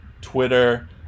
Twitter